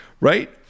right